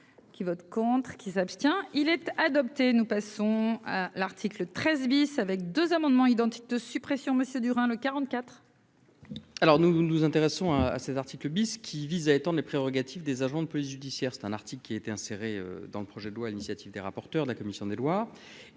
qui votent contre, qui s'abstient il être adopté, nous passons à l'article 13 bis avec 2 amendements identiques de suppression, Monsieur Durand, le quarante-quatre. Alors nous nous intéressons à cet articles bis qui vise à éteindre les prérogatives des agents de police judiciaire, c'est un article qui a été insérée dans le projet de loi à l'initiative des rapporteurs de la commission des lois